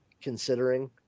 considering